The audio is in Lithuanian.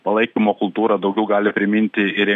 palaikymo kultūra daugiau gali priminti ir